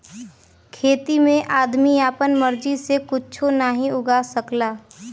खेती में आदमी आपन मर्जी से कुच्छो नाहीं उगा सकला